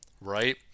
right